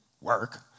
work